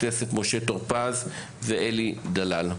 חבר הכנסת משה טור פז, ואלי דלל.